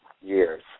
years